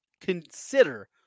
consider